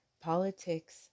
politics